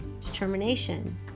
determination